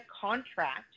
contract